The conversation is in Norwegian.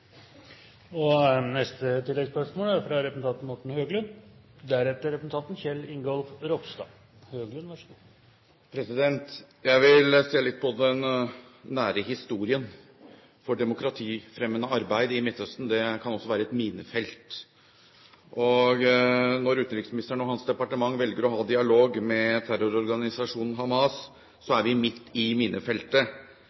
Morten Høglund – til oppfølgingsspørsmål. Jeg vil se litt på den nære historien til demokratifremmende arbeid i Midtøsten, og det kan også være et minefelt. Når utenriksministeren og hans departement velger å ha dialog med terrororganisasjonen Hamas, så